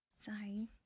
Sorry